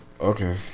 Okay